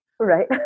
Right